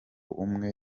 umwe